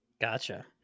Gotcha